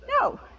No